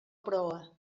proa